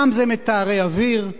פעם זה מטהרי אוויר.